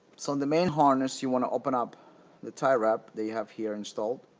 so and the main harness, you want to open up the tie wrap they have here installed